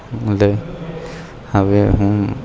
એટલે હવે હું